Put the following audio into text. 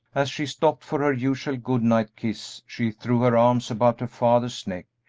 as she stopped for her usual good-night kiss she threw her arms about her father's neck,